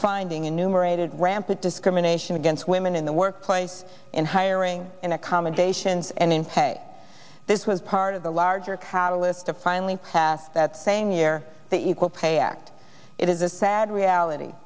finding a numerated rampa discrimination against women in the workplace in hiring in accommodations and in pay this was part of the larger catalyst to finally have that same year the equal pay act it is a sad reality